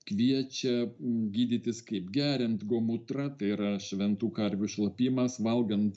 kviečia gydytis kaip geriant gomutrą tai yra šventų karvių šlapimas valgant